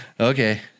Okay